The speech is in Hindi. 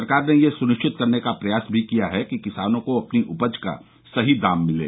सरकार ने यह सुनिश्चित करने का प्रयास भी किया है कि किसानों को अपनी उपज का सही दाम मिले